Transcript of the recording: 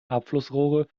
abflussrohre